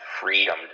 freedom